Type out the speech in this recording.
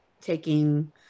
taking